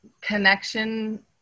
Connection